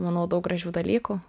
manau daug gražių dalykų